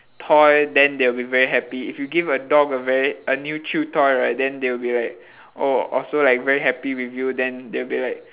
toy then they will very happy if you give a dog a very a new chew toy right then they'll be like oh also like very happy with you then they will be like